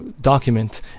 document